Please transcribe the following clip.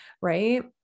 right